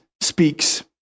speaks